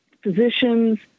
physicians